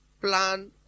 plan